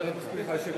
אתה צריך שני